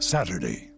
Saturday